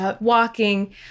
walking